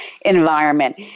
environment